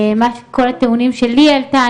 כל הטיעונים שלי העלתה.